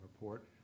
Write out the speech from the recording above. report